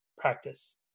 practice